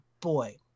boy